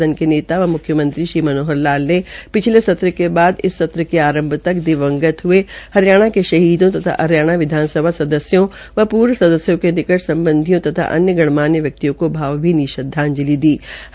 सदन के नेता व मुख्यमंत्री श्री मनोहर लाल ने पिछले सत्र के बार से इस सत्र के आरंभ तक दिवंगत हये हरियाणा के शहीदों तथा हरियाणा विधानसभा सदस्यों व पूर्व सदस्यों के निकट सम्बंधियों तथा अन्य गणमान्य व्यक्तियों को भावभीनी श्रद्धांजलि अर्पित की